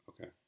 okay